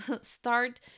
start